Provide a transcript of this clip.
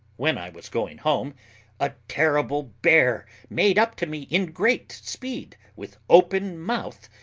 when i was going home a terrible bear made up to me in great speed, with open mouth,